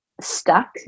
stuck